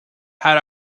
had